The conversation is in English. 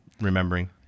remembering